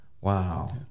Wow